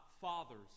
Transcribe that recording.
Father's